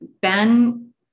Ben